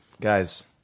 Guys